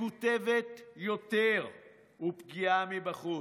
מקוטבת יותר ופגיעה מבחוץ.